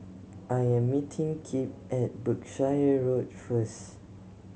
I am meeting Kipp at Berkshire Road first